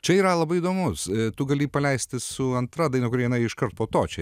čia yra labai įdomus tu gali jį paleisti su antra daina kuri eina iškart po to čia